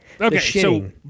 Okay